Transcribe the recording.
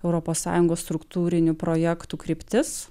europos sąjungos struktūrinių projektų kryptis